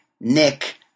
Nick